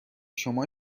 شما